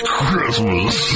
Christmas